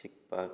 शिकपाक